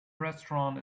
restaurant